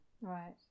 right